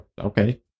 Okay